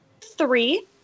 three